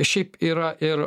šiaip yra ir